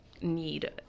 need